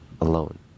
alone